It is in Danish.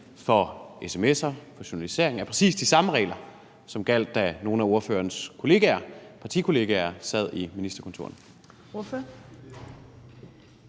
for sms'er, for journalisering, er præcis de samme regler, som gjaldt, da nogle af ordførerens partikollegaer sad i ministerkontorerne.